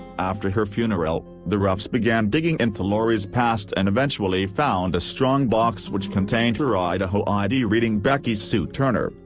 after her funeral, the ruffs began began digging into lori's past and eventually found a strong box which contained her idaho id reading becky sue turner,